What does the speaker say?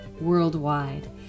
worldwide